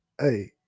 Hey